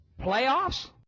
playoffs